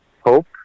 Hope